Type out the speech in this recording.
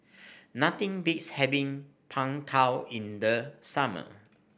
nothing beats having Png Tao in the summer